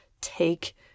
take